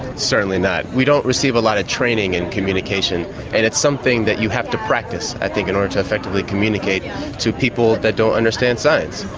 certainly not. we don't receive a lot of training in communication and it's something that you have to practice i think in order to effectively communicate to people that don't understand science.